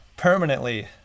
Permanently